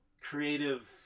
creative